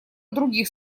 других